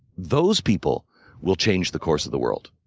those people will change the course of the world.